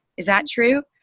is that true?